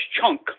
chunk